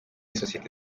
sosiyete